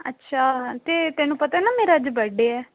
ਅੱਛਾ ਅਤੇ ਤੈਨੂੰ ਪਤਾ ਨਾ ਮੇਰਾ ਅੱਜ ਬਰਡੇ ਹੈ